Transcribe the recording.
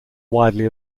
widely